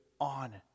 on